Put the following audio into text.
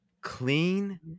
clean